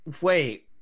Wait